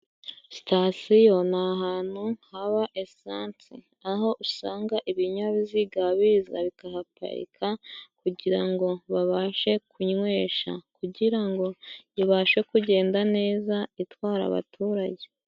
Sitasiyo ni ahantu haba esansi, aho usanga ibinyabiziga biza bikahaparika kugira ngo babashe kunywesha kugira ngo ibashe kugenda neza itwara abaturage.